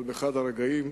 אבל באחד הרגעים,